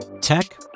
Tech